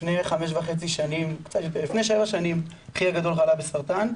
לפני שבע שנים אחי הגדול חלה בסרטן,